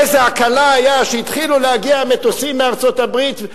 איזו הקלה היתה כשהתחילו להגיע המטוסים מארצות-הברית.